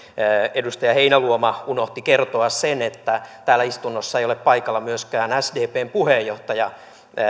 edustaja heinäluoma unohti kertoa sen että täällä istunnossa ei ole paikalla myöskään sdpn puheenjohtaja